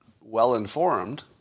well-informed